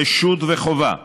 רשות וחובה,